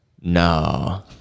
no